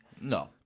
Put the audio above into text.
No